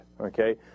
okay